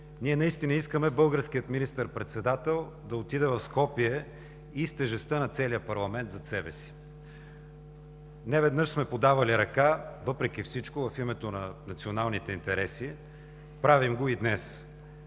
Ние наистина искаме българският министър-председател да отиде в Скопие и с тежестта на целия парламент зад себе си. Неведнъж сме подавали ръка, въпреки всичко, в името на националните интереси, правим го и днес.